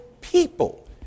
people